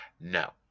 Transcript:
No